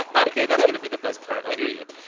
ah ok. that's going to be the best part. i hear you.